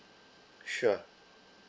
sure